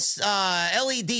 LED